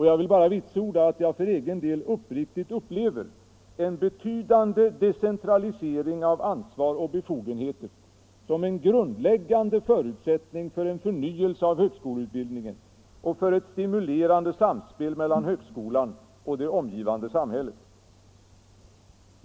Jag vill bara vitsorda att jag för egen del uppriktigt upplever en betydande decentralisering av ansvar och befogenheter som en grundläggande förutsättning för en förnyelse av högskoleutbildningen och för ett stimulerande samspel mellan högskolan och det omgivande samhället.